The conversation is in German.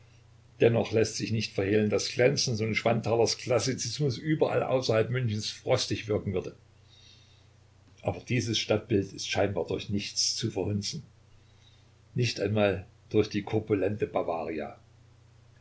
dennoch läßt sich nicht verhehlen daß klenzes und schwanthalers klassizismus überall außerhalb münchens frostig wirken würde aber dieses stadtbild ist scheinbar durch nichts zu verhunzen nicht einmal durch die korpulente